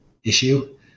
issue